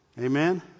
Amen